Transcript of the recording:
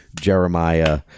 Jeremiah